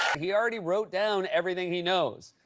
he already wrote down everything he knows.